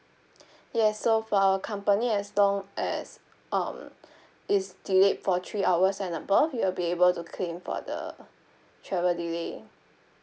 yes so for our company as long as um it's delayed for three hours and above you will be able to claim for the travel delay